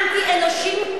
אנטי-אנושיים,